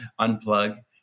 unplug